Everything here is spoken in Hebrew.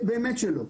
באמת שלא.